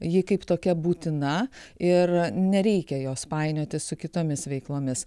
ji kaip tokia būtina ir nereikia jos painioti su kitomis veiklomis